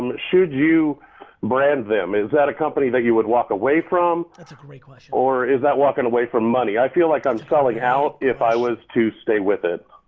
should you brand them? is that a company that you would walk away from? that's a great question. or is that walking away from money? i feel like i'm selling out if i was to stay with it.